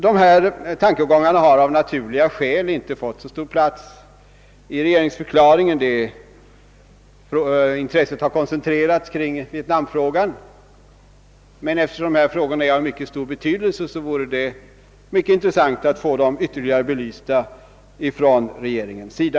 De här tankegångarna har av naturliga skäl inte fått så stor plats i regeringsdeklarationen, utan intresset har koncentrerats på vietnamfrågan, men eftersom dessa spörsmål är av mycket stor betydelse vore det mycket intressant att få dem ytterligare belysta från regeringens sida.